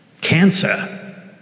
cancer